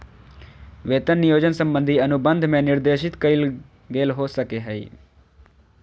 वेतन नियोजन संबंधी अनुबंध में निर्देशित कइल गेल हो सको हइ